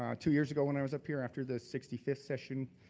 um two years ago, when i was up here after the sixty fifth session,